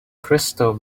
crystal